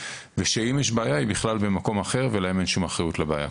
ואם יש בעיה היא בכלל במקום אחר ולהם אין שום אחריות לבעיה.